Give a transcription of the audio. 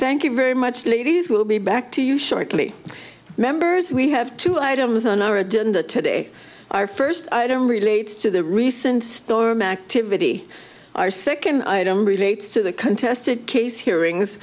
thank you very much ladies we'll be back to you shortly members we have two items on our agenda today our first i don't relate to the recent storm activity our second item relates to the contested case hearings